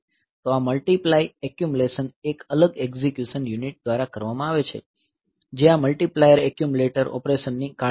તો આ multiply accumulation એક અલગ એક્ઝેક્યુશન યુનિટ દ્વારા કરવામાં આવે છે જે આ મલ્ટીપ્લાયર એક્યુમલેટર ઓપરેશન ની કાળજી લે છે